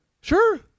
sure